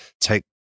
take